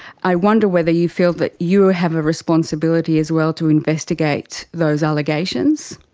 i wonder whether you feel that you have a responsibility as well to investigate those allegations?